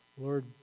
Lord